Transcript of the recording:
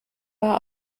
war